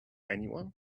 anyone